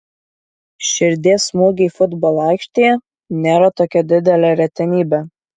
širdies smūgiai futbolo aikštėje nėra tokia didelė retenybė